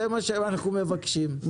אנחנו מבקשים הדדיות.